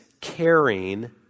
caring